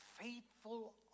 faithful